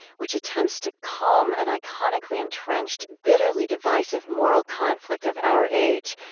which attempts to calm an iconically entrenched, bitterly divisive moral conflict of our age,